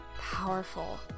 powerful